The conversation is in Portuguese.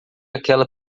aquela